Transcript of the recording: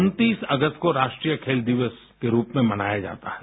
उन्तीस अगस्त को राष्ट्र खेल दिवस के रूप में मनाया जाता है